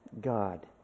God